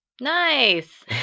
nice